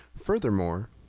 Furthermore